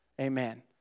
Amen